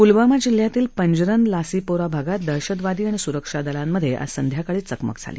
प्लवामा जिल्ह्यातील पंजरन लासीपोरा भागात दहशतवादी आणि स्रक्षा दलात आज संध्याकाळी चकमक झाली